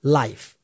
life